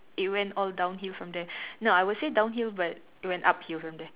it went all downhill from there no I will say downhill but it went uphill from there